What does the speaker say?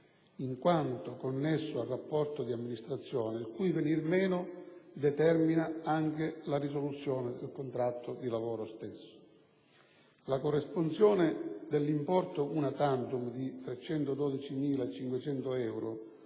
in quanto connesso al rapporto di amministrazione, il cui venir meno determina anche la risoluzione del contratto di lavoro stesso. La corresponsione dell'importo *una tantum* di 312.500 euro,